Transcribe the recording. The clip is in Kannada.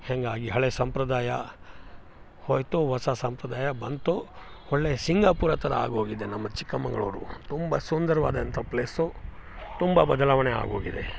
ಹಂಗಾಗಿ ಹಳೆ ಸಂಪ್ರದಾಯ ಹೋಯಿತು ಹೊಸ ಸಂಪ್ರದಾಯ ಬಂತು ಒಳ್ಳೆ ಸಿಂಗಾಪುರ ಥರ ಆಗೋಗಿದೆ ನಮ್ಮ ಚಿಕ್ಕಮಂಗಳೂರು ತುಂಬ ಸುಂದರವಾದಂಥ ಪ್ಲೇಸು ತುಂಬ ಬದಲಾವಣೆ ಆಗೋಗಿದೆ